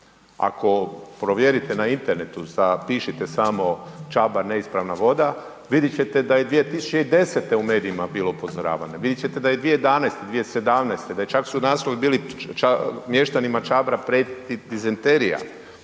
Ako provjerite na internetu sa, pišite samo Čabar neispravna voda, vidjeti ćete da je 2010. u medijima bilo upozoravanja, vidjet ćete da je 2011., 2017., čak su naslovi bili mještanima Čabra prijeti dizenterija.